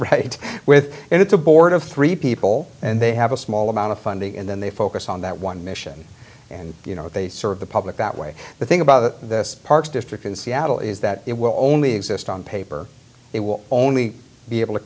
really with and it's a board of three people and they have a small amount of funding and then they focus on that one mission and you know they serve the public that way the thing about this park district in seattle is that it will only exist on paper they will only be able to